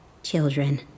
Children